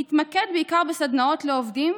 התמקד בעיקר בסדנאות לעובדים,